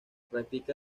practica